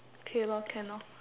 okay lor can orh